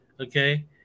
Okay